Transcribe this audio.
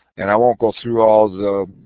and i won't go through all the